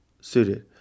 suited